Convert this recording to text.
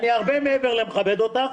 אני הרבה מעבר למכבד אותך,